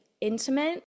intimate